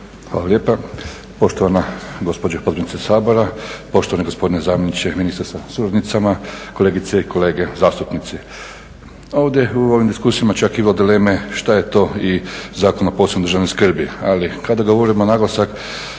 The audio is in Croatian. Hvala lijepa poštovana gospođo potpredsjednice Sabora, poštovani gospodine zamjeniče ministra sa suradnicama, kolegice i kolege zastupnici. Ovdje u ovim diskusijama čak ima dileme što je to i Zakon o posebnoj državnoj skrbi, ali kada govorimo naglasak